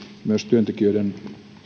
myös työntekijöiden